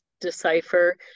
decipher